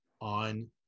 on